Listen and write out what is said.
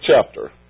chapter